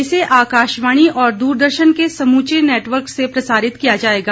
इसे आकाशवाणी और दूरदर्शन के समूचे नेटवर्क से प्रसारित किया जाएगा